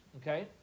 Okay